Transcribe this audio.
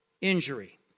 injury